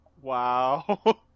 Wow